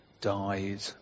died